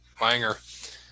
Langer